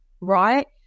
right